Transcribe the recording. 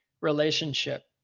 relationship